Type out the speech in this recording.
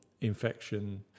infection